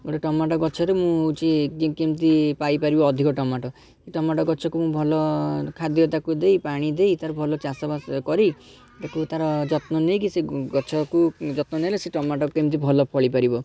ଗୋଟେ ଟମାଟୋ ଗଛରେ ମୁଁ ହେଉଛି କି କେମିତି ପାଇପାରିବି ଅଧିକ ଟମାଟୋ ଟମାଟୋ ଗଛକୁ ମୁଁ ଭଲ ଖାଦ୍ୟ ତାକୁ ଦେଇ ଅଧିକ ପାଣି ଦେଇ ତା'ର ଭଲ ଚାଷବାସ କରି ତାକୁ ତା'ର ଯତ୍ନ ନେଇକି ସେଇ ଗ ଗଛକୁ ଯତ୍ନ ନେଲେ ସେ ଟମାଟୋ କେମିତି ଭଲ ଫଳିପାରିବ